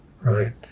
right